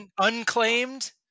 unclaimed